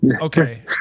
Okay